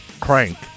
crank